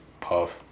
puff